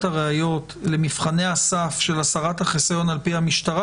הראיות למבחני הסף של הסרת החיסיון על פי המשטרה,